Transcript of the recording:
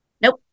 nope